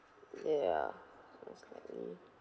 ya most likely